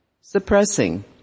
suppressing